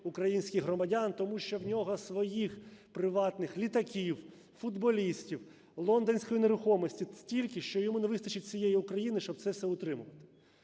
українських громадян, тому що в нього своїх приватних літаків, футболістів, лондонської нерухомості стільки, що йому не вистачить всієї України, щоб це все утримувати.